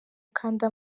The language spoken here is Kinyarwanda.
kanda